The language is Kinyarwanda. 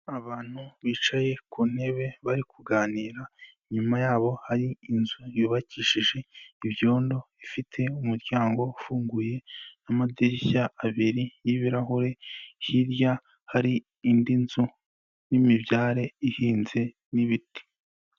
Abantu bicaye ku ntebe bari kuganira, inyuma yabo hari inzu yubakishije ibyondo ifite umuryango ufunguye n'amadirishya abiri y'ibirahure, hirya hari indi nzu n'imibyare ihinze n'ibiti.